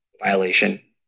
violation